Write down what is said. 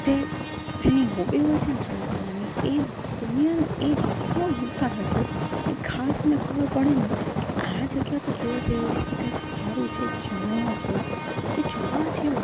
જે જેની હોબી હોય છે અને ટ્રાવેલ કરવાની એ દુનિયાનું ખૂબ મોટામાં મોટું અને ખાસ એને ખબર પડે ને આ જગ્યા તો જોવા જેવી છે કે કંઈક સારું છે જાણવા જેવું કે જોવા જેવું